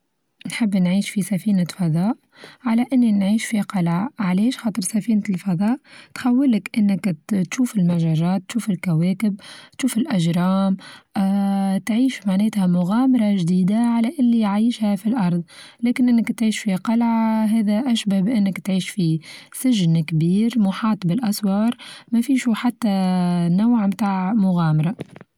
نحب نعيش في سفينة فضاء على إني نعيش في قلعة، علاش؟ خاطر سفينة الفضاء تخول لك إنك تشوف المچرات تشوف الكواكب تشوف الأچرام آآ تعيش معناتها مغامرة چديدة على اللي عايشها في الأرض، لكن أنك تعيش في قلعة هذا أشبه بأنك تعيش في سچن كبير محاط بالأسوار ما فيش وحتى نوع بتاع مغامرة.